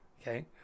Okay